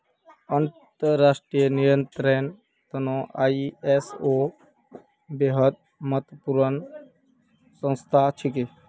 अंतर्राष्ट्रीय नियंत्रनेर त न आई.एस.ओ बेहद महत्वपूर्ण संस्था छिके